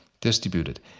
distributed